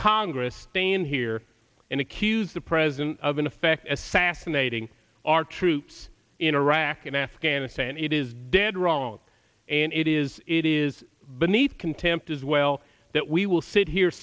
congress staying here and accuse the president of in effect assassinating our troops in iraq and afghanistan it is dead wrong and it is it is beneath contempt as well that we will sit here